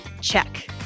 Check